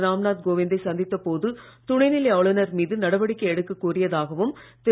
ராம் நாத் கோவிந்தை சந்தித்த போது துணைநிலை ஆளுநர் மீது நடவடிக்கை எடுக்கக் கோரியதாகவும் திரு